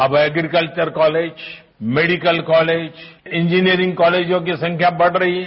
अब agriculture college medical college engineering कॉलेजों की संख्या बढ रही है